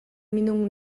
minung